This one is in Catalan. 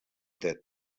tet